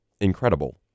incredible